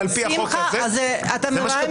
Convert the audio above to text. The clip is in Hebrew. שמחה, אתה משנה מציאות.